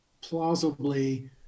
plausibly